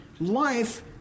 life